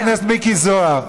חבר הכנסת מיקי זוהר,